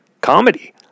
comedy